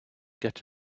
get